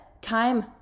time